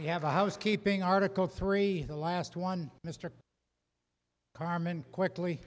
you have a housekeeping article three the last one mr carmen quickly